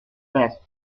best